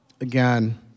Again